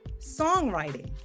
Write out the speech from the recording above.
songwriting